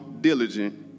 diligent